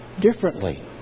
differently